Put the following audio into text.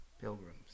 Pilgrims